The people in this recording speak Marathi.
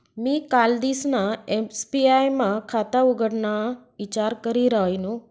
मी कालदिसना एस.बी.आय मा खाता उघडाना ईचार करी रायनू